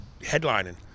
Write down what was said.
headlining